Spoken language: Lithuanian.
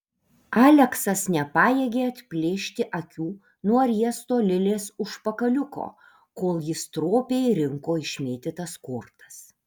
aleksas nepajėgė atplėšti akių nuo riesto lilės užpakaliuko kol ji stropiai rinko išmėtytas kortas